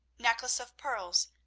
necklace of pearls,